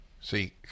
See